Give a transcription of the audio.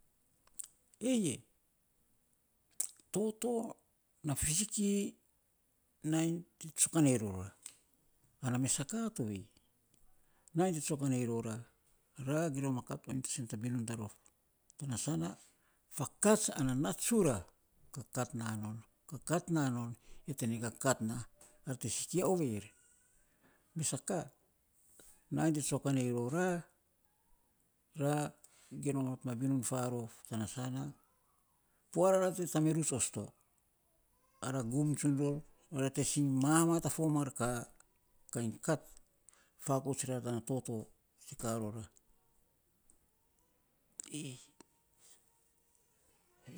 Eye toto na fisiki nainy te tsokanei rora, ana mesa ka to vei, nainy te tsokanei rora, ra gim on makat a sen ta binun ta rof tana sana fakats an nat tsura kakat na non ai te nainy kakat na ra te nainy sikia ovei yer, mes a ka, nainy te tsokanei rora ragim ror ma binun farof tan na sana puarara te tameruts osto ara gum tsun ror ara te sing mamar ta fo ka, kainy kat fakouts rara tana toto te ka rora.